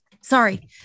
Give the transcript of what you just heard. Sorry